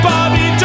Bobby